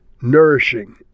nourishing